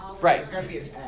Right